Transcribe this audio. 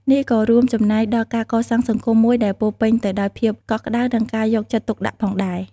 នេះក៏រួមចំណែកដល់ការកសាងសង្គមមួយដែលពោរពេញទៅដោយភាពកក់ក្តៅ និងការយកចិត្តទុកដាក់ផងដែរ។